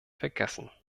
vergessen